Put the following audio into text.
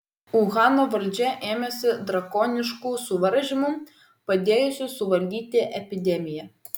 uhano valdžia ėmėsi drakoniškų suvaržymų padėjusių suvaldyti epidemiją